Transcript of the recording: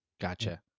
Gotcha